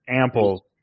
ample